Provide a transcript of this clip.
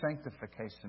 sanctification